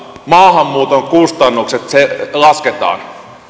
maahanmuuton kustannukset lasketaan